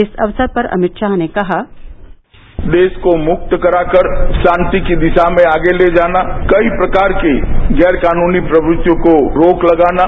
इस अवसर पर अमित शाह ने कहा देश को मुक्त करा कर शांति की दिशा में आगे ले जाना कई प्रकार की गैर कानूनी प्रवृत्तियों को रोक लगाना